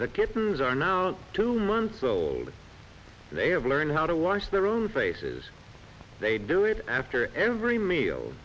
the kittens are now two months old and they have learned how to wash their own faces they do it after every meal